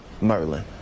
Merlin